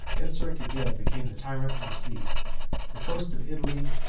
genseric again became the tyrant of the sea the coasts of italy,